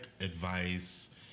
advice